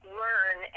learn